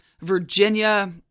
Virginia